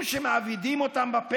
שלנו לארץ ישראל ולהשאיר אותנו עם העיזים